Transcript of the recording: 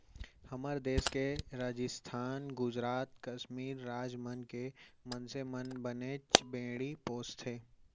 हमर देस के राजिस्थान, गुजरात, कस्मीर राज मन के मनसे मन बनेच भेड़ी पोसथें